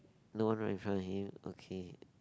no one right in front of him okay